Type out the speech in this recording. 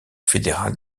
fédéral